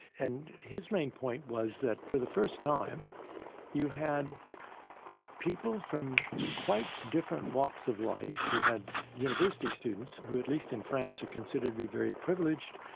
and his main point was that for the first time you had people from quite different walks of life, you had university students who at least in france are considered to be very privileged,